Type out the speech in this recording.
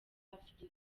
afurika